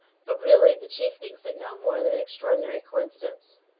but really the chief thinks it no more than an extraordinary coincidence.